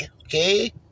okay